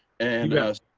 and as